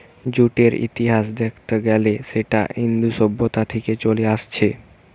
জুটের ইতিহাস দেখত গ্যালে সেটা ইন্দু সভ্যতা থিকে চলে আসছে